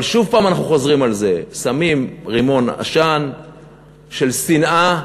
אבל שוב הפעם אנחנו חוזרים על זה: שמים רימון עשן של שנאה,